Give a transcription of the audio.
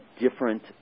different